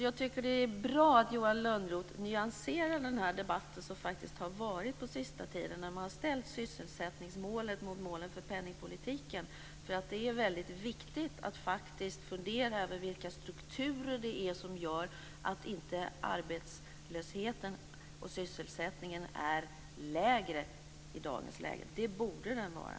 Jag tycker att det är bra att Johan Lönnroth nyanserar den här debatten som faktiskt har varit på sista tiden där man har ställt sysselsättningsmålet mot målen för penningpolitiken. Det är väldigt viktig att faktiskt fundera över vilka strukturer det är som påverkar sysselsättningen så att arbetslösheten inte är lägre i dagens läge. Det borde den vara.